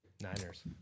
Niners